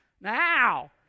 Now